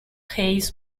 hayes